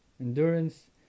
endurance